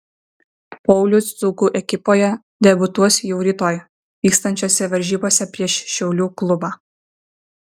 paulius dzūkų ekipoje debiutuos jau rytoj vyksiančiose varžybose prieš šiaulių klubą